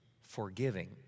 forgiving